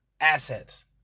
assets